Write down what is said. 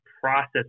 process